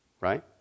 Right